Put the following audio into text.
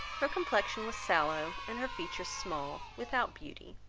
her complexion was sallow and her features small, without beauty,